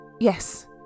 Yes